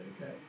okay